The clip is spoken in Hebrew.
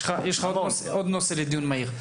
יש לך עוד נושא לדיון מהיר.